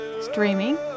Streaming